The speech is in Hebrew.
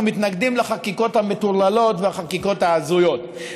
מתנגדים לחקיקות המטורללות והחקיקות ההזויות.